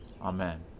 Amen